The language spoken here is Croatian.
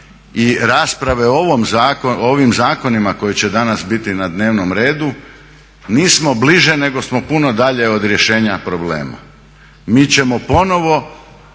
i rasprave o ovim zakonima koji će danas biti na dnevnom redu nismo bliže nego smo puno dalje od rješenja problema. Mi ćemo ponovno